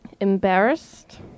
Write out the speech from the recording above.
embarrassed